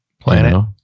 planet